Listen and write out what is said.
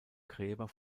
gräber